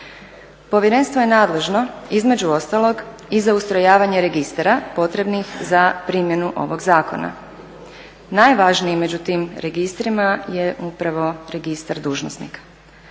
Povjerenstvo je nadležno između ostalog i za ustrojavanje registara potrebnih za primjenu ovog zakona. Najvažniji među tim registrima je upravo registar dužnosnika.